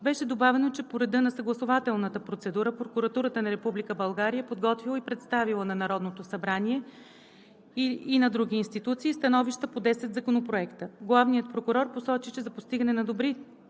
Беше добавено, че по реда на съгласувателната процедура Прокуратурата на Република България е подготвила и представила на Народното събрание или на други институции становища по 10 законопроекта. Главният прокурор посочи, че за постигане на добри